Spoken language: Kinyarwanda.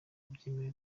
byemewe